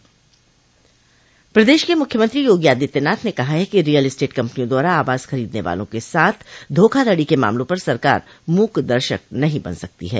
प्रदेश के मुख्यमंत्री योगी आदित्यनाथ ने कहा है कि रियल स्टेट कम्पनियों द्वारा आवास खरीदने वालों के साथ धोखाधड़ी के मामलों पर सरकार मूकदर्शक नहीं बन सकती है